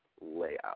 layout